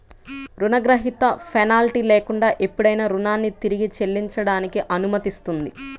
రుణగ్రహీత పెనాల్టీ లేకుండా ఎప్పుడైనా రుణాన్ని తిరిగి చెల్లించడానికి అనుమతిస్తుంది